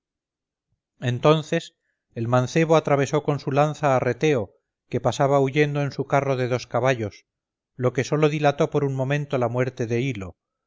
entonces el mancebo atravesó con su lanza a reteo que pasaba huyendo en su carro de dos caballos lo que solo dilató por un momento la muerte de ilo